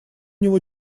него